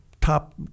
top